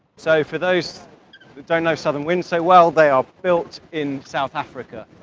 so for those that don't know southern wind so well, they are built in south africa,